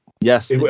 yes